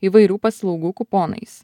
įvairių paslaugų kuponais